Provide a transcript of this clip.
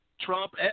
trump